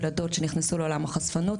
ילדות שנכנסו לעולם החשפנות,